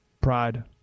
pride